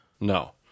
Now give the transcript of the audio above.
No